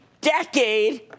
decade